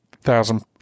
thousand